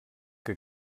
que